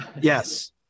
Yes